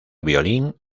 violín